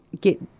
get